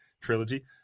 trilogy